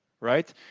right